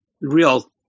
real